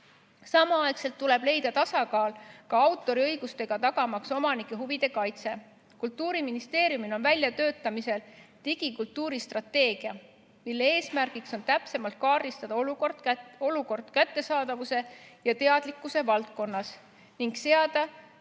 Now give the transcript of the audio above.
Samal ajal tuleb leida tasakaal autoriõigustega, et tagada omanike huvide kaitse. Kultuuriministeeriumil on väljatöötamisel digikultuuri strateegia, mille eesmärk on täpsemalt kaardistada olukord kättesaadavuse ja teadlikkuse valdkonnas ning seada